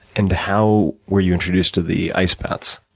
and, how were you introduced to the ice baths?